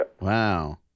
Wow